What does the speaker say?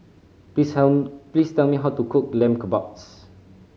please tell please tell me how to cook Lamb Kebabs